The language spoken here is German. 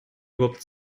überhaupt